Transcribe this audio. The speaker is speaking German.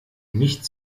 nicht